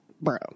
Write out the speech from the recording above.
bro